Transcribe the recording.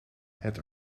het